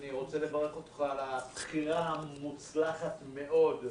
אני רוצה לברך אותך על הבחירה המוצלחת מאוד.